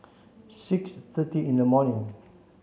six thirty in the morning